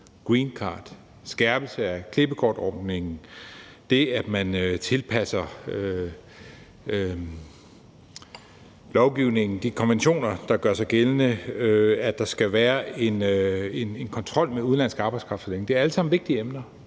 greencard, skærpelse af klippekortordningen, det, at man tilpasser lovgivningen de konventioner, der gør sig gældende, og at der skal være en kontrol med udenlandsk arbejdskraft så længe. Det er alle sammen vigtige emner,